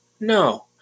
No